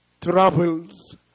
troubles